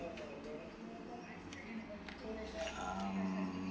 um